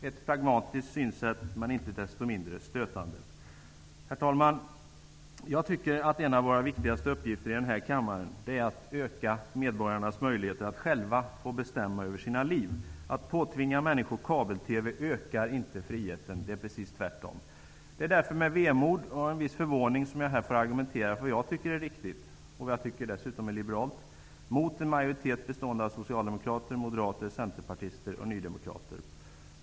Ett pragmatiskt synsätt, men inte desto mindre stötande. Herr talman! Jag tycker att en av våra viktigaste uppgifter här i kammaren är att öka medborgarnas möjligheter att själva bestämma över sina liv. Att påtvinga människor kabel-TV ökar inte friheten -- det är precis tvärtom. Det är därför med vemod och en viss förvåning som jag här får argumentera för vad jag tycker är riktigt -- och dessutom liberalt! -- mot en majoritet bestående av socialdemokrater, moderater, centerpartister och nydemokrater.